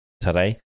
today